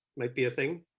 like be a thing?